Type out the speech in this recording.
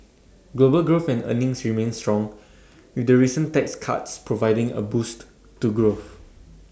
global growth and earnings remain strong with the recent tax cuts providing A boost to growth